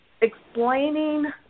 explaining